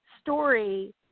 story